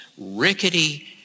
rickety